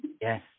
Yes